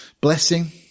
blessing